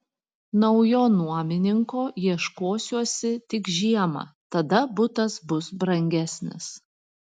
naujo nuomininko ieškosiuosi tik žiemą tada butas bus brangesnis